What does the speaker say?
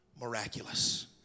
miraculous